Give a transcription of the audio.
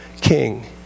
king